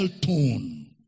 tone